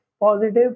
positive